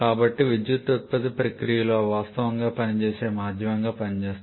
కాబట్టి విద్యుత్ ఉత్పత్తి ప్రక్రియలో అవి వాస్తవంగా పనిచేసే మాధ్యమంగా పనిచేస్తాయి